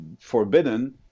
forbidden